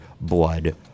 blood